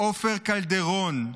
עופר קלדרון,